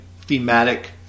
thematic